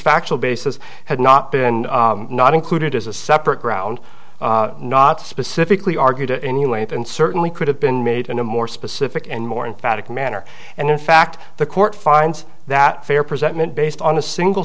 factual basis had not been not included as a separate ground not specifically argued to any length and certainly could have been made in a more specific and more in phatic manner and in fact the court finds that fair presentment based on a single